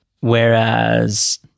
Whereas